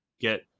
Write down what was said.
Get